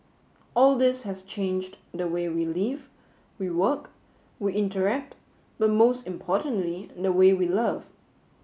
all this has changed the way we live we work we interact but most importantly the way we love